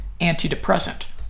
antidepressant